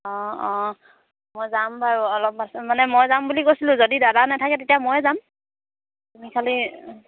অঁ অঁ মই যাম বাৰু অলপ পাছতে মানে মই যাম বুলি কৈছিলোঁ যদি দাদা নাথাকে তেতিয়াহ'লে ময়ে যাম তুমি খালি